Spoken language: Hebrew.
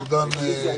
רוויזיה.